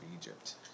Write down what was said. Egypt